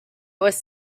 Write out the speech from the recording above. was